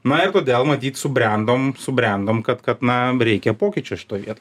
na ir todėl matyt subrendom subrendom kad kad na reikia pokyčio šitoj vietoj